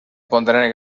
contener